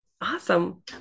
Awesome